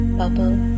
bubble